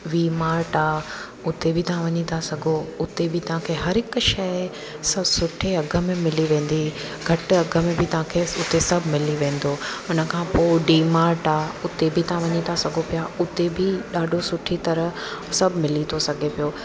V Mart आहे उते बि तव्हां वञी था सघो उते बि तव्हां खे हर हिकु शइ स हु सुठे अघ में मिली वेंदी घटि अघ में बि तव्हां खे उते सभु मिली वेंदो उन खां पोइ डी मार्ट आहे उते बि तव्हां वञी था सघो पिया उते बि ॾाढो सुठी तरह सभु मिली थो सघे पियो